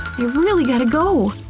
i really gotta go!